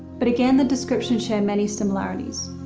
but again, the description share many similarities.